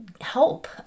help